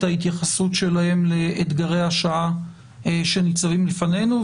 ההתייחסות שלהם לאתגרי השעה שניצבים בפנינו,